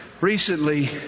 Recently